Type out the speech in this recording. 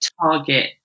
target